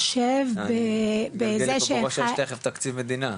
זה יושב בזה ש --- יש תיכף תקציב מדינה.